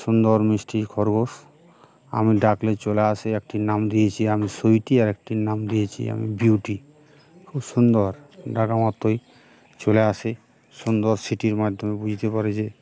সুন্দর মিষ্টি খরগোশ আমি ডাকলে চলে আসে একটির নাম দিয়েছি আমি সুইটি আর একটির নাম দিয়েছি আমি বিউটি খুব সুন্দর ঢাকা মাত্রই চলে আসে সুন্দর সিটির মাধ্যমে বুঝতে পারে যে